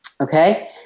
Okay